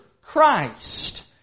Christ